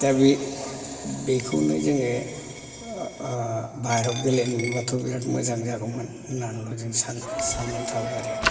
दा बे बेखौनो जोङो बाइहेरायाव गेलेनो मोनबाथ' बिराथ मोजां जागौमोन होननानैल' जों सान सानानै थाबाय आरो